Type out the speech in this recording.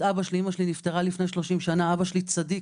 אבא שלי,